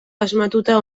asmatuta